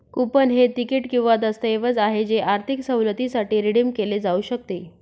coupon हे तिकीट किंवा दस्तऐवज आहे जे आर्थिक सवलतीसाठी रिडीम केले जाऊ शकते